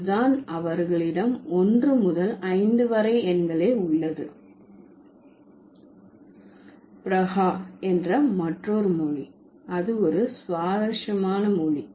அது தான் அவர்களிடம் ஒன்று முதல் ஐந்து வரை எண்களே உள்ளது பிரஹா என்ற மற்றொரு மொழி அது ஒரு சுவாரஸ்யமான மொழி